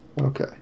okay